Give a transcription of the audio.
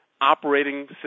operating